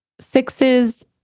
Sixes